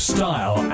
Style